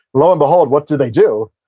low and behold, what do they do,